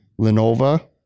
Lenovo